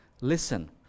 Listen